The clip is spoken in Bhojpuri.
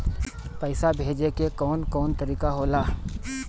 पइसा भेजे के कौन कोन तरीका होला?